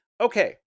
Okay